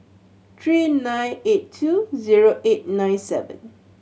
three nine eight two zero eight nine seven